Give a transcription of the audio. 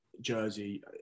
jersey